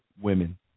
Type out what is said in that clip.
women